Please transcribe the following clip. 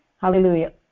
Hallelujah